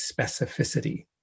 specificity